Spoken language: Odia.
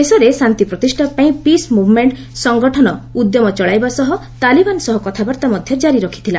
ଦେଶରେ ଶାନ୍ତି ପ୍ରତିଷାପାଇଁ ପିସ୍ ମୁଭ୍ମେଣ୍ଟ ସଙ୍ଗଠନ ଉଦ୍ୟମ ଚଳାଇବା ସହ ତାଲିବାନ୍ ସହ କଥାବାର୍ଭା ମଧ୍ୟ କାରି ରଖିଥିଲା